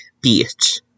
Beach